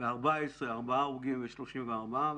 בשנת 2014 היו לנו ארבעה הרוגים ו-34 פצועים